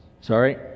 sorry